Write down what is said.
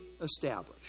established